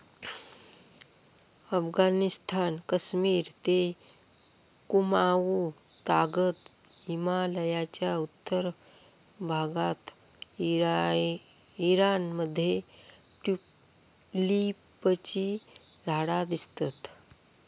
अफगणिस्तान, कश्मिर ते कुँमाउ तागत हिमलयाच्या उत्तर भागात ईराण मध्ये ट्युलिपची झाडा दिसतत